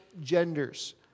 genders